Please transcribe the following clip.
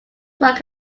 work